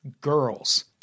girls